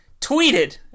tweeted